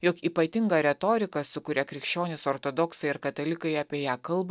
jog ypatinga retorika su kuria krikščionys ortodoksai ir katalikai apie ją kalba